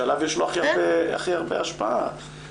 שעליו יש לו הכי הרבה השפעה.